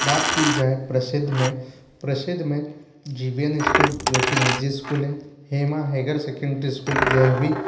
बात की जाए प्रसिद्ध में प्रसिद्ध में जीवियन स्कूल जो कि निजी स्कूल है हेमा हेगर सेकेंडरी स्कूल यह भी